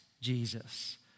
Jesus